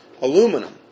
aluminum